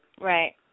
Right